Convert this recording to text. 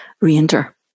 reenter